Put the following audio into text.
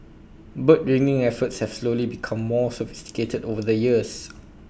bird ringing efforts have slowly become more sophisticated over the years